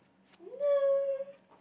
no